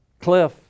cliff